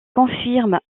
confirme